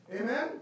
Amen